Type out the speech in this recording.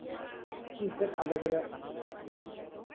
ᱮᱱᱛᱮᱫ ᱟᱞᱮ ᱫᱚᱞᱮ